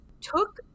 took